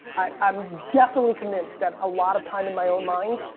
i'm definitely convinced that a lot of time in my own mind